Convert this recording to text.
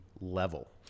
level